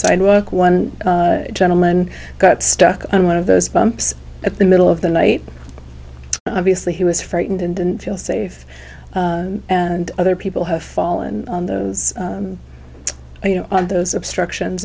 sidewalk one gentleman got stuck on one of those bumps at the middle of the night obviously he was frightened and didn't feel safe and other people have fallen on those you know those obstruction